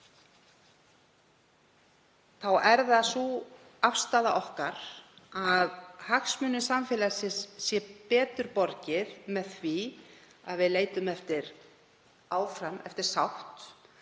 er það afstaða okkar að hagsmunum samfélagsins sé betur borgið með því að við leitum áfram eftir sátt